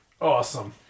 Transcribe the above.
Awesome